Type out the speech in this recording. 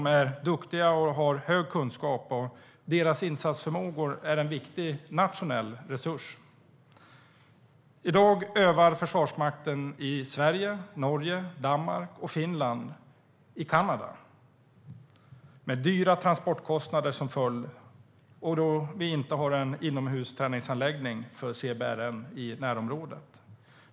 De är duktiga och har stor kunskap. Deras insatsförmågor är en viktig nationell resurs. I dag åker försvarsmakterna i Sverige, Norge, Danmark och Finland till Kanada för att öva med dyra transportkostnader som följd då vi inte har en inomhusträningsanläggning för CBRN i närområdet.